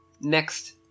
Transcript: Next